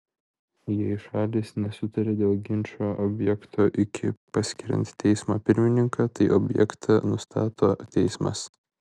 jei šalys nesutarė dėl ginčo objekto iki paskiriant teismo pirmininką tai objektą nustato teismas